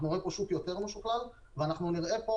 אנחנו נראה פה שוק יותר משוכלל ואנחנו נראה פה,